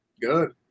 Good